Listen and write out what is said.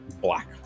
black